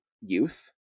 youth